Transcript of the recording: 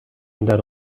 درو